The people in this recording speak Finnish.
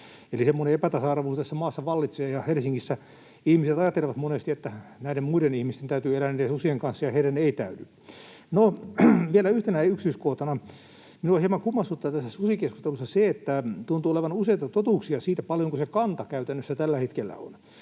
epätasa-arvo tässä maassa vallitsee, ja Helsingissä ihmiset ajattelevat monesti, että näiden muiden ihmisten täytyy elää niiden susien kanssa ja heidän ei täydy. No, vielä yhtenä yksityiskohtana: Minua hieman kummastuttaa tässä susikeskustelussa se, että tuntuu olevan useita totuuksia siitä, paljonko se kanta käytännössä tällä hetkellä on.